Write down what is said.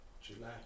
July